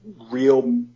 real